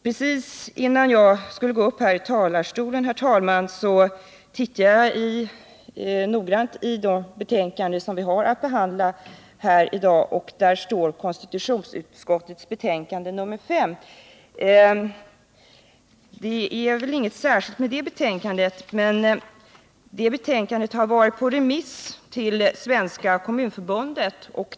Precis innan jag skulle gå upp här i talarstolen, herr talman, tittade jag noggrant i de betänkanden som vi har att behandla i dag. Bland dem finns konstitutionsutskottets betänkande nr 5. Det är väl inget särskilt med det betänkandet, men det har varit på remiss till Svenska kommunförbundet.